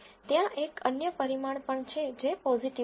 ત્યાં એક અન્ય પરિમાણ પણ છે જે પોઝીટીવ છે